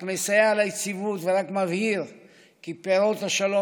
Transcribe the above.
רק מסייע ליציבות ורק מבהיר כי פירות השלום